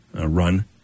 run